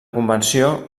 convenció